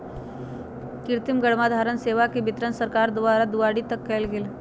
कृतिम गर्भधारण सेवा के वितरण सरकार द्वारा दुआरी तक कएल गेल